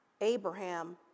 Abraham